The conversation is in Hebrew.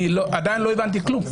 עדיין לא הבנתי כלום.